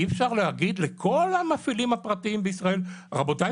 אי אפשר להגיד לכל המפעילים הפרטיים בישראל 'רבותיי,